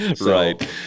right